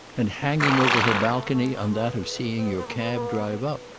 and hanging over her balcony on that of seeing your cab drive up.